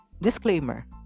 disclaimer